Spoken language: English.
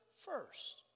first